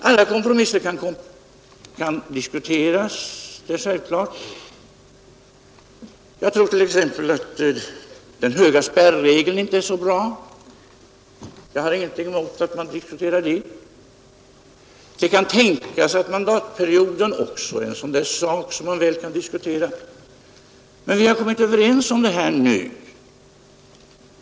Alla kompromisser kan diskuteras, det är självklart. Jag tror t.ex. att den höga spärren inte är så bra. Jag har ingenting emot att man diskuterar den. Det kan tänkas att mandatperioden också är en sådan sak som man kan diskutera. Men vi har kommit överens om detta nu.